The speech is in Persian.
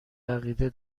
عقیده